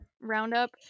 roundup